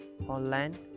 online